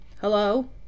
Hello